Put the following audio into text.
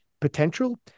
potential